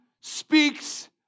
speaks